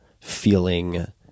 feeling